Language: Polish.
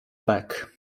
bek